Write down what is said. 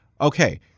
Okay